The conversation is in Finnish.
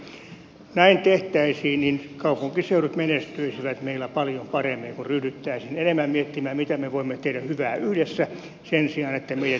jos näin tehtäisiin niin kaupunkiseudut menestyisivät meillä paljon paremmin kun ryhdyttäisiin enemmän miettimään mitä me voimme tehdä hyvää yhdessä sen sijaan että mietitään miten me pystymme ikään kuin varastamaan naapureilta